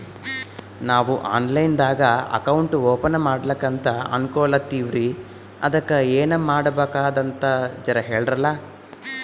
ನಾವು online ದಾಗ account open ಮಾಡ್ಲಕಂತ ಅನ್ಕೋಲತ್ತೀವ್ರಿ ಅದಕ್ಕ ಏನ ಮಾಡಬಕಾತದಂತ ಜರ ಹೇಳ್ರಲ?